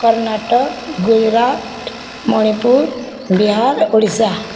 Karnataka Gujarat Manipur Bihar Odisha